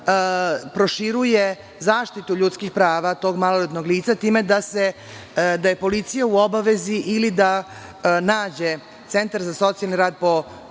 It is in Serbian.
proširuje zaštiti ljudskih prava tog maloletnog lica tim da je policija u obavezi ili da nađe centar za socijalni rad po